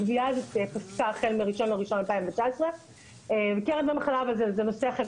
הגבייה הזו פסקה החל מה-1 בינואר 2019. קרן דמי מחלה זה נושא אחר.